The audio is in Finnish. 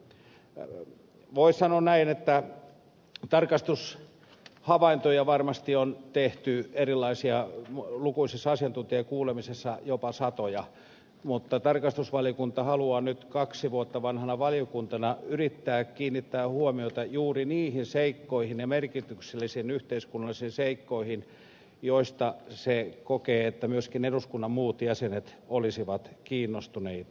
voisi sanoa näin että erilaisia tarkastushavaintoja varmasti on tehty lukuisissa asiantuntijakuulemisissa jopa satoja mutta tarkastusvaliokunta haluaa nyt kaksi vuotta vanhana valiokuntana yrittää kiinnittää huomiota juuri niihin merkityksellisiin yhteiskunnallisiin seikkoihin joista se kokee että myöskin eduskunnan muut jäsenet olisivat kiinnostuneita